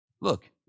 Look